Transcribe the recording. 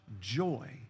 joy